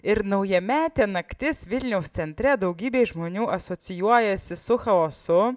ir naujametė naktis vilniaus centre daugybei žmonių asocijuojasi su chaosu